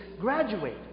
graduate